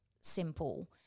simple